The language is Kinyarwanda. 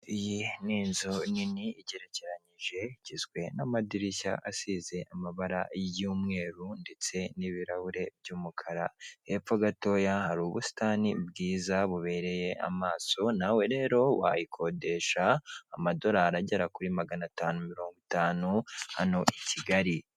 iyi ni inzu nini igerekeranyije igizwe n'amadirishya asize amabara y'umweru, ndetse n'ibirahure by'umukara. Hepfo gatoya hari ubusitani bwiza bubereye amaso, nawe rero wayikodesha amadolari agera kuri maganatanu mirongo itanu, hano i Kigali.